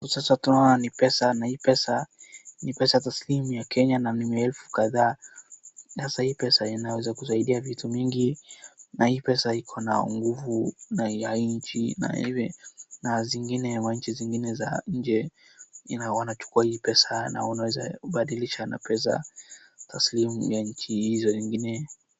Hapo sasa tunaona ni pesa na hii pesa ni pesa taslimu ya Kenya na ni maelfu kadhaa, na sahii pesa inaweza kusaidia vitu mingi na hii pesa iko na nguvu na ya nchi na zingine za nchi zingine za nje wanachukua hii pesa na wanaweza badilisha na pesa taslimu ya nchi hizo zingine.